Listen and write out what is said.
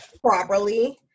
properly